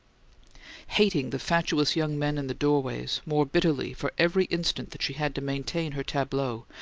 hating the fatuous young men in the doorways more bitterly for every instant that she had to maintain her tableau,